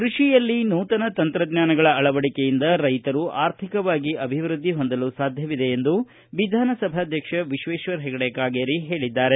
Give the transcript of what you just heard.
ಕೃಷಿಯಲ್ಲಿ ನೂತನ ತಂತ್ರಜ್ಞಾನಗಳ ಅಳವಡಿಕೆಯಿಂದ ರೈತರು ಆರ್ಥಿಕವಾಗಿ ಅಭಿವ್ಯದ್ದಿ ಹೊಂದಲು ಸಾಧ್ಯವಿದೆ ಎಂದು ವಿಧಾನಸಭಾಧ್ಯಕ್ಷ ವಿಶ್ವೇಶ್ವರ ಹೆಗಡೆ ಕಾಗೇರಿ ಹೇಳಿದ್ದಾರೆ